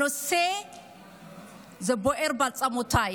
הנושא בוער בעצמותיי.